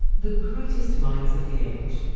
the greatest minds of the age,